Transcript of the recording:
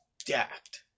stacked